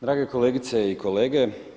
Drage kolegice i kolege.